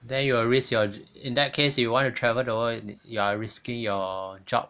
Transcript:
then you will risk your in that case you want to travel though you are risking your job